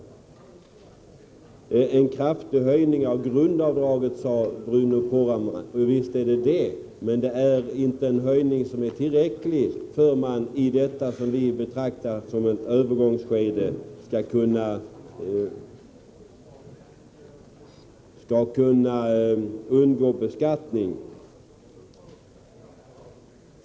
Det är en kraftig höjning av grundavdraget, sade Bruno Poromaa. Ja, visst är det det, men det är inte en tillräcklig höjning för att man i vad vi betraktar som ett övergångsskede skall kunna undgå beskattning.